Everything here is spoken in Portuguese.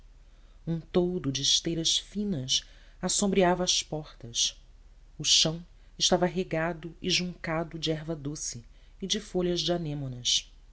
um toldo de esteiras finas assombreava as portas o chão estava regado e juncado de erva doce e de folhas de anêmonas